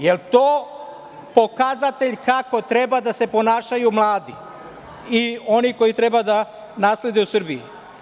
Jel to pokazatelj kako treba da se ponašaju mladi i oni koji treba da naslede u Srbiji?